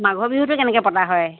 মাঘৰ বিহুটো কেনেকৈ পতা হয়